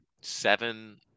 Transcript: seven